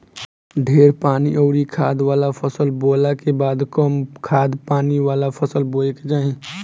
ढेर पानी अउरी खाद वाला फसल बोअला के बाद कम खाद पानी वाला फसल बोए के चाही